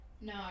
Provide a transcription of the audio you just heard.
No